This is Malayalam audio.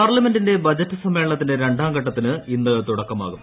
പാർലമെന്റിന്റെ ബജറ്റ് സമ്മേളനത്തിന്റെ രണ്ടാം ഘട്ടത്തിന് ഇന്ന് തുടക്കമാകും